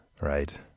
right